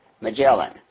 Magellan